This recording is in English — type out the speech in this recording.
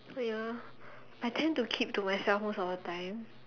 oh ya I tend to keep to myself most of the time